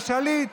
השליט.